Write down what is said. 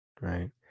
right